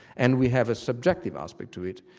and we have a subjective aspect to it,